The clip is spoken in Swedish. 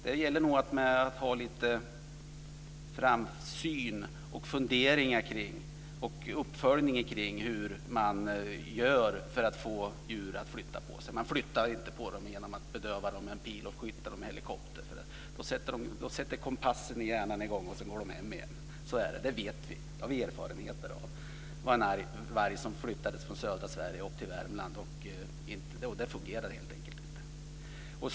Det gäller nog att ha lite framsyn och lite funderingar och att ha en uppföljning av hur man gör för att få djur att flytta på sig. Man flyttar inte på dem genom att bedöva dem med en pil och flytta dem med helikopter. Då sätter kompassen i hjärnan i gång, och sedan går de hem igen. Så är det, det vet vi. Det har vi erfarenheter av. Det var en arg varg som flyttades från södra Sverige upp till Värmland, och det fungerade helt enkelt inte.